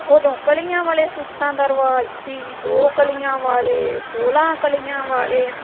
ਉਦੋਂ ਕਲੀਆਂ ਵਾਲੇ ਸੂਟਾਂ ਦਾ ਰਿਵਾਜ਼ ਸੀ ਦੋ ਕਲੀਆਂ ਵਾਲੇ ਸੌਲ੍ਹਾਂ ਕਲੀਆਂ ਵਾਲੇ